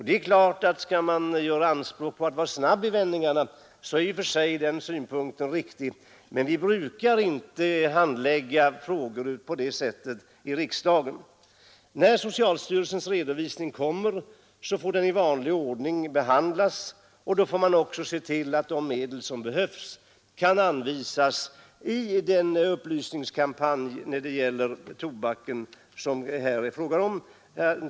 Ja, det är klart att om man vill göra anspråk på att vara snabb i vändningarna, så är det väl i och för sig riktigt att gå fram på det sättet, men vi brukar inte handlägga frågorna så här i riksdagen. När socialstyrelsens redovisning är klar får den behandlas i vanlig ordning, och sedan får vi se till att de medel som behövs blir anvisade för den upplysningskampanj mot tobaken som det här är fråga om.